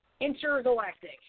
Intergalactic